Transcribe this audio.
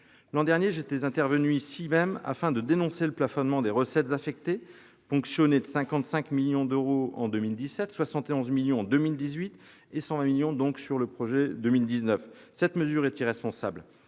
L'an dernier, j'étais intervenu ici même afin de dénoncer le plafonnement des recettes affectées, ponctionnées de 55 millions d'euros en 2017, de 71 millions d'euros en 2018 et de 120 millions d'euros en 2019. Cette mesure est irresponsable.